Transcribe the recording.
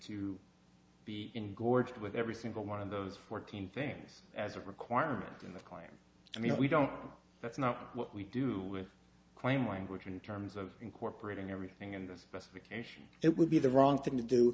to be in gorged with every single one of those fourteen things as a requirement in the i mean we don't that's not what we do with claim language in terms of incorporating everything in the specification it would be the wrong thing to do